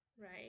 right